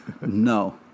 No